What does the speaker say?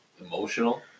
emotional